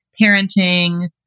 parenting